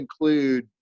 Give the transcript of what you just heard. include